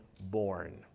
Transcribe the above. born